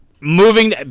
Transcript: moving –